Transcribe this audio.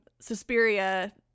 Suspiria